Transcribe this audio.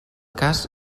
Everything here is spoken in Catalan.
cas